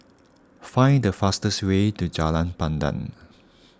find the fastest way to Jalan Pandan